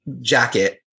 jacket